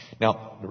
Now